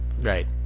right